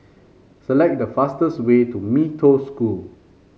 select the fastest way to Mee Toh School